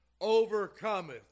overcometh